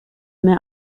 mehr